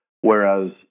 Whereas